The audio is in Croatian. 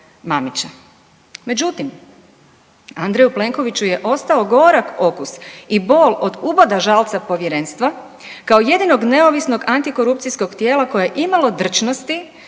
Međutim, Andreju Plenkoviću je ostao gorak okusa i bol od uboda žalca povjerenstva, kao jedinog neovisnog antikorupcijskog tijela koje je imalo drčnosti